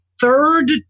third